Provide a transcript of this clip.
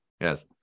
Yes